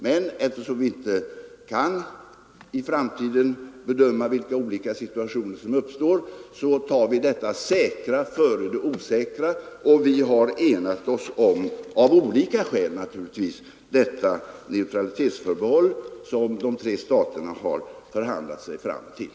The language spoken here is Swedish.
Men eftersom vi inte kan bedöma vilka olika situationer som uppstår i framtiden, tar vi det säkra före det osäkra, och vi har — naturligtvis av olika skäl — enat oss om detta neutralitetsförbehåll som de tre staterna har förhandlat sig fram till.